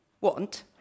want